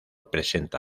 presenta